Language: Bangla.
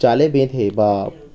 জালে বেঁধে বা